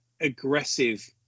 aggressive